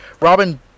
robin